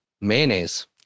Mayonnaise